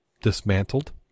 dismantled